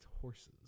horses